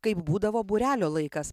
kaip būdavo būrelio laikas